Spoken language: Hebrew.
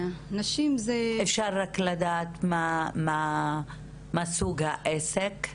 אפשר רק לדעת מה סוג העסק?